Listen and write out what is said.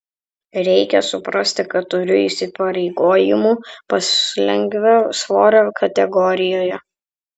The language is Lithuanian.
reikia suprasti kad turiu įsipareigojimų puslengvio svorio kategorijoje